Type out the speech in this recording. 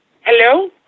Hello